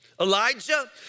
Elijah